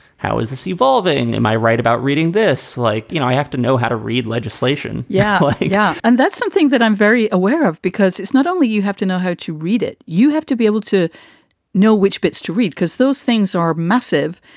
how is this evolving? am i right about reading this? like, you know, i have to know how to read legislation yeah, i think yeah and that's something that i'm very aware of because it's not only you have to know how to read it. you have to be able to know which bits to read because those things are massive.